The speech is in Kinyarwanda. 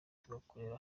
tugakorera